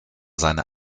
seine